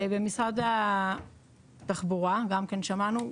במשרד התחבורה גם כן שמענו,